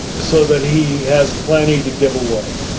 so that he has plenty to give away.